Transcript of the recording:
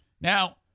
Now